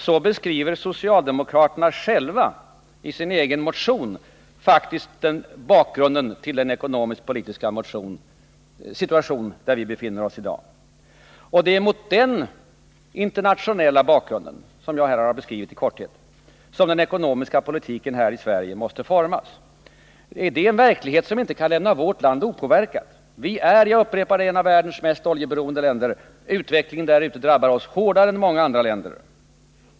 Så beskriver socialdemokraterna alltså själva faktiskt bakgrunden till den ekonomisk-politiska situation där vi befinner oss i dag. Det är mot den internationella bakgrund som jag här beskrivit i korthet som den ekonomiska politiken här i Sverige måste formas. Det är en verklighet som inte kan lämna vårt land opåverkat. Sverige är — jag upprepar det — ett av världens mest oljeberoende länder, och utvecklingen ute i världen drabbar oss hårdare än många andra länder.